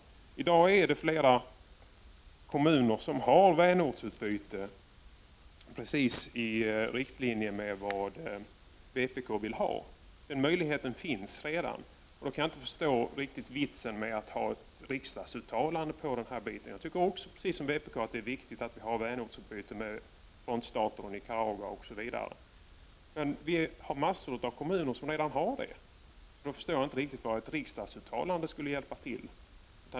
Det finns i dag flera kommuner som har ett vänortsutbyte som ligger precis i linje med vad vpk vill ha. Sådana möjligheter finns alltså redan. Jag kan inte riktigt förstå vitsen med ett riksdagsuttalande i den här frågan. Jag tycker liksom vpk att det är viktigt att vi har vänortsutbyte med frontstaterna, med Nicaragua osv., men mängder av kommuner har redan startat ett sådant. Jag förstår inte riktigt vad ett riksdagsuttalande skulle tjäna till.